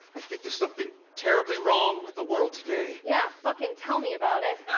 i think there's something terribly wrong with the world today. yeah fucking tell me about it.